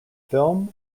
film